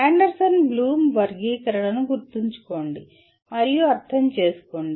Anderson Bloom వర్గీకరణను గుర్తుంచుకోండి మరియు అర్థం చేసుకోండి